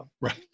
right